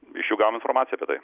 iš jų gavom informaciją apie tai